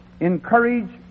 encourage